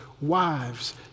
wives